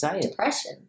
depression